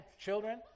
children